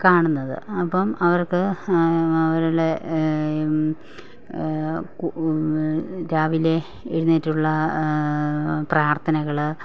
കാണുന്നത് അപ്പം അവർക്ക് അവരുടെ രാവിലെ എഴുന്നേറ്റുള്ള പ്രാർത്ഥനകൾ